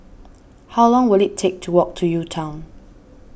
how long will it take to walk to UTown